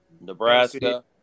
Nebraska